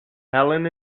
helen